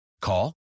Call